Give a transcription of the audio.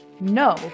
No